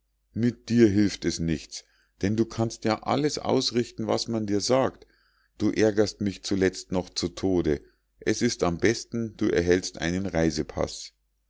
mit dir hilft es nichts denn du kannst ja alles ausrichten was man dir sagt und ärgerst mich zuletzt noch zu tode es ist am besten du erhältst deinen reisepaß